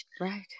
right